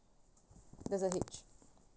there's a H